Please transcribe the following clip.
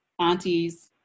aunties